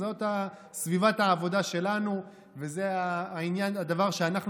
זאת סביבת העבודה שלנו וזה הדבר שאנחנו